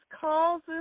causes